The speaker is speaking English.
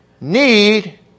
need